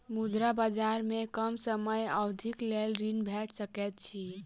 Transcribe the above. मुद्रा बजार में कम समय अवधिक लेल ऋण भेट सकैत अछि